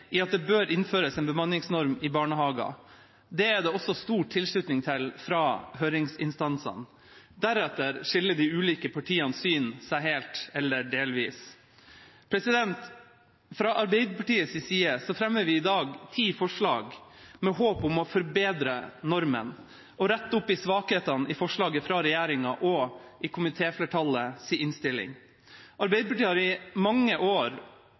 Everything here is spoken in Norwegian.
i at det bør innføres en bemanningsnorm i barnehager. Det er det også stor tilslutning til fra høringsinstansene. Deretter skiller de ulike partienes syn seg helt eller delvis. Fra Arbeiderpartiets side fremmer vi i dag ti forslag, med håp om å forbedre normen og rette opp svakhetene i forslaget fra regjeringa og i komitéflertallets innstilling. Arbeiderpartiet har i mange år